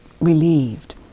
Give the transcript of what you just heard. relieved